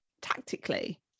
tactically